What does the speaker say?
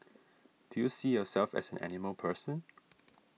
do you see yourself as an animal person